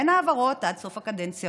אין העברות עד סוף הקדנציה,